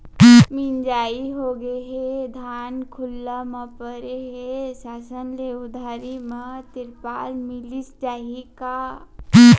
मिंजाई होगे हे, धान खुला म परे हे, शासन ले उधारी म तिरपाल मिलिस जाही का?